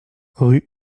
rue